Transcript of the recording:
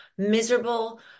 Miserable